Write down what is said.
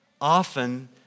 often